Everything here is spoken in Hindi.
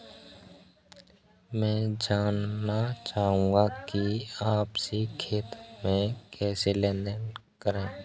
मैं जानना चाहूँगा कि आपसी खाते में लेनदेन कैसे करें?